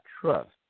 trust